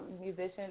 musician